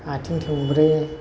आथिं थोंब्रै